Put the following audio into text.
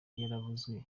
yaravuzwe